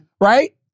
Right